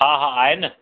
हा हा आहे न